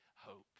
hope